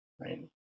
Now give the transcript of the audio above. right